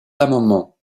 l’amendement